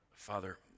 Father